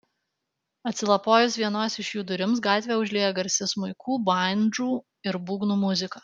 atsilapojus vienos iš jų durims gatvę užlieja garsi smuikų bandžų ir būgnų muzika